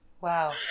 wow